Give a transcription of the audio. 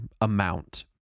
amount